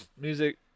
Music